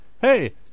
hey